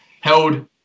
held